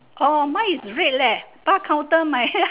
orh mine is red leh dark counter my hair